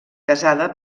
casada